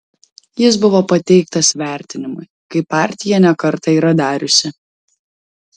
jis buvo pateiktas vertinimui kaip partija ne kartą yra dariusi